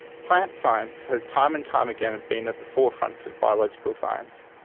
plants science has time and time again and been at the forefronts of biological science.